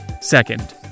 Second